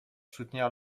soutenir